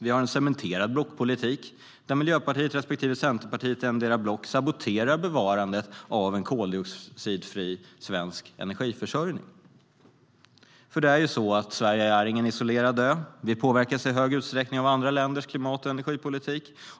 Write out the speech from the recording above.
Vi har en cementerad blockpolitik, där Miljöpartiet respektive Centerpartiet i respektive block saboterar bevarandet av en koldioxidfri svensk energiförsörjning. Sverige är ingen isolerad ö. Vi påverkas i stor utsträckning av andra länders klimat och energipolitik.